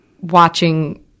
watching